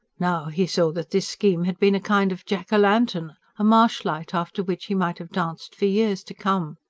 now he saw that this scheme had been a kind of jack-o'-lantern a marsh-light after which he might have danced for years to come.